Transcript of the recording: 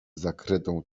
zakrytą